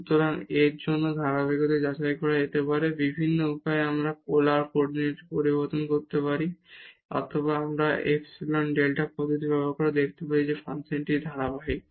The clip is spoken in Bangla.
সুতরাং এর জন্য ধারাবাহিকতা যাচাই করা যেতে পারে বিভিন্ন উপায়ে আমরা পোলার কোঅর্ডিনেটে পরিবর্তন করতে পারি অথবা আমরা এপসিলন ডেল্টা পদ্ধতি ব্যবহার করে দেখাতে পারি যে এই ফাংশনটি ধারাবাহিক